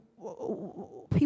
people